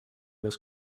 this